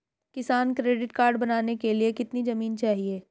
किसान credit card बनाने के लिए कितनी जमीन चाहिए?